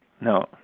No